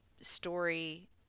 story